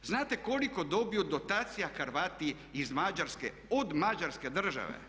Znate koliko dobiju dotacija Hrvati iz Mađarske od Mađarske države?